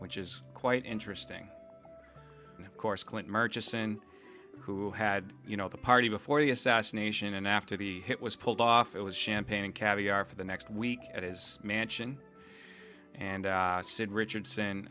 which is quite interesting and of course clint murchison who had you know the party before the assassination and after the hit was pulled off it was champagne and caviar for the next week at his mansion and said richardson